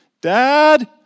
Dad